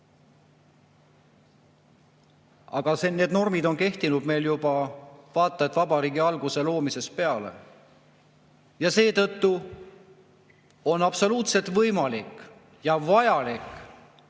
Aga need normid on meil kehtinud juba vaata et vabariigi algusest peale. Ja seetõttu on absoluutselt võimalik ja vajalik,